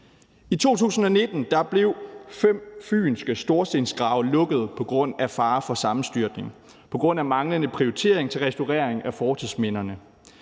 I 2019 blev fem fynske storstensgrave lukket på grund af fare for sammenstyrtning, på grund af manglende prioritering til restaurering af fortidsminderne.